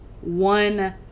one